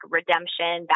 Redemption